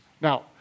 Now